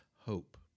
hope